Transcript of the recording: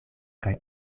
kaj